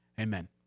Amen